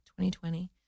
2020